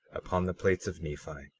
upon the plates of nephi,